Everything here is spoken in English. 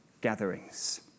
gatherings